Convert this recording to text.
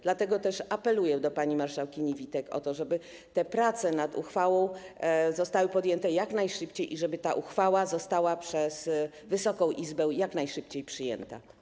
Dlatego też apeluję do pani marszałkini Witek o to, żeby te prace nad uchwałą zostały podjęte jak najszybciej i żeby ta uchwała została przez Wysoką Izbę jak najszybciej przyjęta.